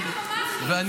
מה עם הממ"חים, שר החינוך?